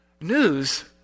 news